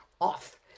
off